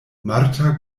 marta